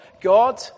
God